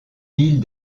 villes